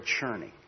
churning